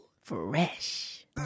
Fresh